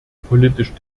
politisch